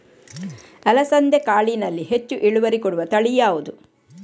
ಅಲಸಂದೆ ಕಾಳಿನಲ್ಲಿ ಹೆಚ್ಚು ಇಳುವರಿ ಕೊಡುವ ತಳಿ ಯಾವುದು?